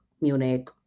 Munich